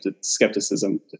skepticism